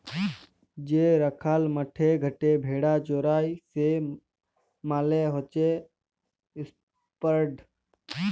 যে রাখাল মাঠে ঘাটে ভেড়া চরাই সে মালে হচ্যে শেপার্ড